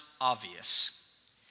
obvious